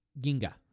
Ginga